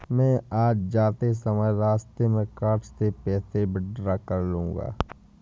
मैं आज जाते समय रास्ते में कार्ड से पैसे विड्रा कर लूंगा